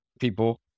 people